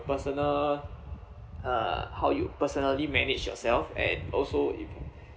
personal uh how you personally manage yourself and also it uh